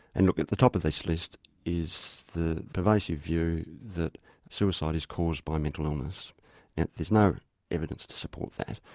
and look, at the top of each list is the pervasive view that suicide is caused by mental illness. now and there's no evidence to support that,